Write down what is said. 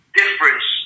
difference